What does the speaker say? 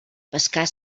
pescar